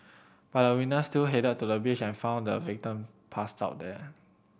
but the witness still headed to the beach and found the victim passed out there